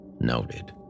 Noted